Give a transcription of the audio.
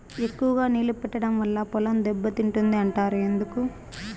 ఎక్కువగా నీళ్లు పెట్టడం వల్ల పొలం దెబ్బతింటుంది అంటారు ఎందుకు?